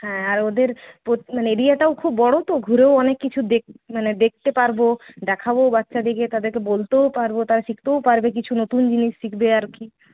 হ্যাঁ আর ওদের মানে এরিয়াটাও খুব বড়ো তো ঘুরেও অনেক কিছু মানে দেখতে পারব দেখাবও বাচ্চাদেরকে তাদেরকে বলতেও পারব তারা শিখতেও পারবে কিছু নতুন জিনিস শিখবে আর কি